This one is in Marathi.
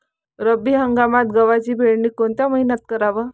रब्बी हंगामात गव्हाची पेरनी कोनत्या मईन्यात कराव?